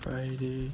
friday